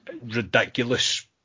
ridiculous